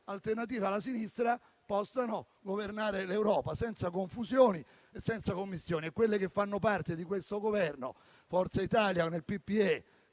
alternative alla sinistra possano governare l'Europa senza confusioni e senza commistioni. Quelle che fanno parte di questo Governo, Forza Italia nel PPE,